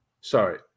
Sorry